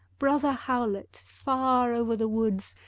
brother howlet, far over the woods,